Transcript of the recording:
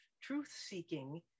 truth-seeking